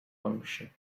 function